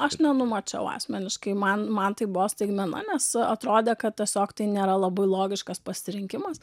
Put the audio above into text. aš nenumačiau asmeniškai man man tai buvo staigmena nes atrodė kad tiesiog tai nėra labai logiškas pasirinkimas